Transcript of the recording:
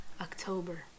October